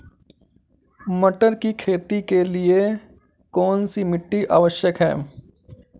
मटर की खेती के लिए कौन सी मिट्टी आवश्यक है?